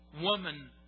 woman